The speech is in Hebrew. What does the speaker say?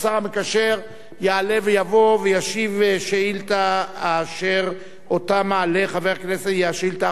השר המקשר יעלה ויבוא וישיב על השאילתא האחרונה ברשימתנו,